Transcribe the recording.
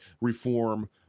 reform